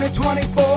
24